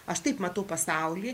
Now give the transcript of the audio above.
aš taip matau pasaulį